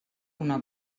una